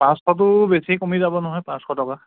পাঁচশটো বেছি কমি যাব নহয় পাঁচশ টকা